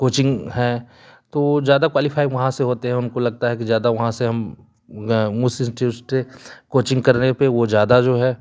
coaching है तो वो ज़्यादा क्वालीफाई वहाँ से होते हैं उनको लगता है कि ज़्यादा वहाँ से हम उस इंस्टिट्यूट से कोचिंग करने पे वो ज़्यादा जो है